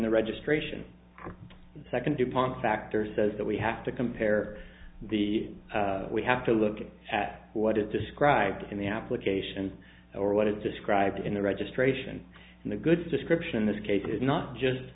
the registration second dupont factor says that we have to compare the we have to look at what it described in the application or what is described in the registration and the goods description in this case is not just